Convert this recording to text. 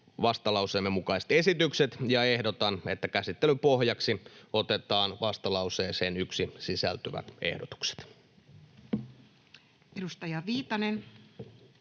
vastalauseemme mukaiset esitykset, ja ehdotan, että käsittelyn pohjaksi otetaan vastalauseeseen 1 sisältyvät ehdotukset.